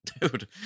Dude